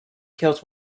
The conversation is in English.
kills